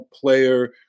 player